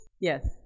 Yes